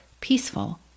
peaceful